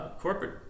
corporate